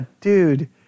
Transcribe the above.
dude